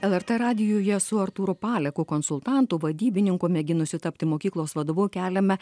lrt radijuje su artūru paleku konsultantu vadybininku mėginusiu tapti mokyklos vadovu keliame